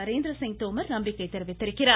நரேந்திரசிங் தோமர் நம்பிக்கை தெரிவித்துள்ளார்